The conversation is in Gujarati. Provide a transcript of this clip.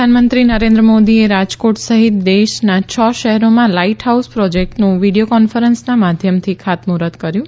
પ્રધાનમંત્રી નરેન્દ્ર મોદીએ રાજકોટ સહિત દેશના છ શહેરોમાં લાઈટહાઉસ પ્રોજેક્ટનું વિડીયો કોન્ફરન્સના માધ્યમથી ખાતમુહૂર્ત કર્યુ